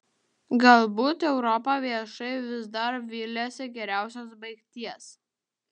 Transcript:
galbūt europa viešai vis dar viliasi geriausios baigties